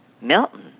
Milton